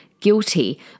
guilty